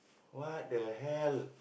what the hell